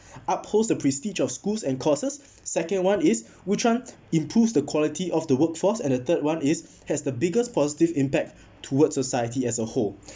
upholds the prestige of schools and courses second one is which one improve the quality of the workforce and a third one is has the biggest positive impact towards society as a whole